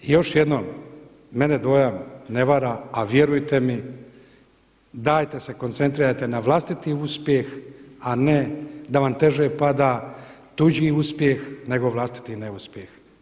I još jednom, mene dojam ne vara a vjerujte mi, dajte se koncentrirajte na vlastiti uspjeh a ne da vam teže pada tuđi uspjeh nego vlastiti neuspjeh.